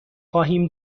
خواهیم